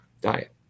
diet